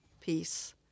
peace